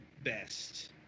Best